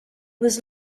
was